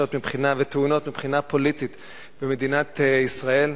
וטעונות מבחינה פוליטית במדינת ישראל.